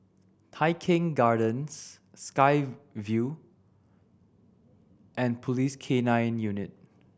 Tai Keng Gardens Sky Vue and Police K Nine Unit